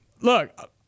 look